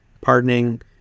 pardoning